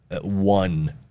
one